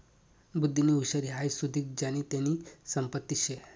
बुध्दीनी हुशारी हाई सुदीक ज्यानी त्यानी संपत्तीच शे